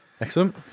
excellent